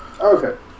Okay